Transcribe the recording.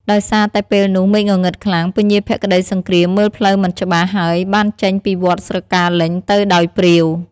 ដោយសារតែពេលនោះមេឃងងឹតខ្លាំង ពញាភក្តីសង្គ្រាមមើលផ្លូវមិនច្បាស់ ហើយបានចេញពីវត្តស្រកាលេញទៅដោយព្រាវ។